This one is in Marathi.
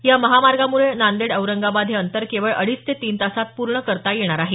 या महामार्गामुळे नांदेड औरंगाबाद हे अंतर केवळ अडीच ते तीन तासांत पूर्ण करता येणार आहे